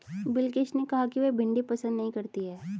बिलकिश ने कहा कि वह भिंडी पसंद नही करती है